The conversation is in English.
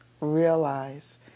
realize